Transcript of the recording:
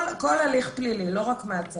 כל הליך פלילי, לא רק מעצרים.